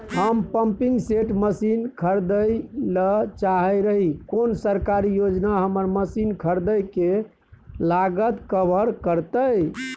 हम pumping set machine खरीदैय ल चाहैत रही कोन सरकारी योजना हमर मसीन खरीदय के लागत कवर करतय?